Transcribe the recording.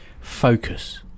focus